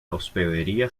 hospedería